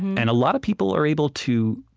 and a lot of people are able to